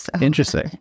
Interesting